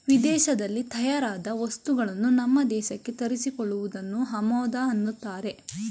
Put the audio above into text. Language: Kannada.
ವಿದೇಶದಲ್ಲಿ ತಯಾರಾದ ವಸ್ತುಗಳನ್ನು ನಮ್ಮ ದೇಶಕ್ಕೆ ತರಿಸಿ ಕೊಳ್ಳುವುದನ್ನು ಆಮದು ಅನ್ನತ್ತಾರೆ